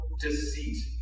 deceit